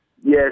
Yes